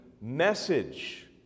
message